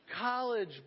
college